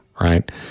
right